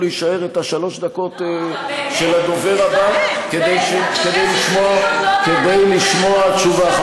להישאר את השלוש דקות של הדובר הבא כדי לשמוע תשובה.